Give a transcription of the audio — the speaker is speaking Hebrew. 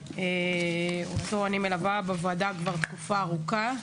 הנושא אותו אני מלווה בוועדה כבר תקופה ארוכה.